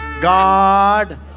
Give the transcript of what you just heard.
God